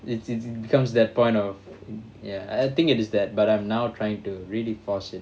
it's it~ it's becomes that point of ya I think it is that but I'm now trying to really force it